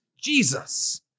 Jesus